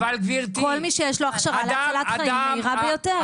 כל מי שיש לו הכשרה להצלת חיים המהירה ביותר.